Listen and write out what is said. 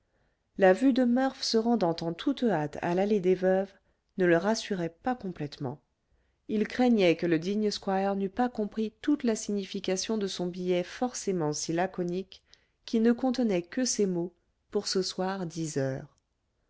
la vue de murph se rendant en toute hâte à l'allée des veuves ne le rassurait pas complètement il craignait que le digne squire n'eût pas compris toute la signification de son billet forcément si laconique qui ne contenait que ces mots pour ce soir dix heures